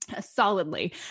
solidly